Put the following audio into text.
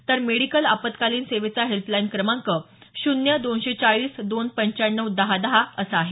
तर मेडिकल आपत्कालिन सेवेचा हेल्पलाईन क्रमांक शून्य दोनशे चाळीस दोन पंच्याण्णव दहा दहा असा आहे